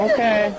Okay